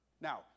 Now